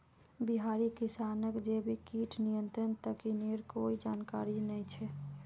बिहारी किसानक जैविक कीट नियंत्रण तकनीकेर कोई जानकारी नइ छ